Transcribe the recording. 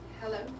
Hello